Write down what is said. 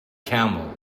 camel